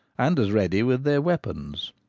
and as ready with their weapons.